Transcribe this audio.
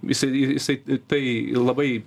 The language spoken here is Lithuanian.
isai jisai tai labai